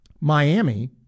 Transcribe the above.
Miami